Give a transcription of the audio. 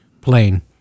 plain